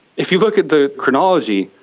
if you look at the chronology,